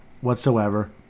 whatsoever